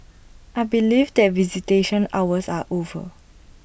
I believe that visitation hours are over